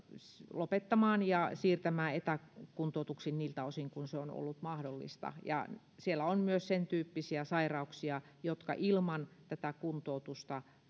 lopettamaan ja siirtymään etäkuntoutuksiin niiltä osin kuin se on ollut mahdollista siellä on myös sen tyyppisiä sairauksia jotka ilman tätä kuntoutusta